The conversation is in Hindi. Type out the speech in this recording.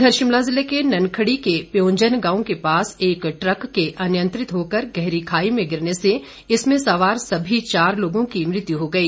इधर शिमला जिले के ननखड़ी के पयोंजन गांव के पाास एक ट्रक के अनियंत्रित होकर गहरी खाई में गिरने से इसमें सवार सभी चार लोगों की मृत्यू हो गई